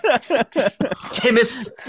Timothy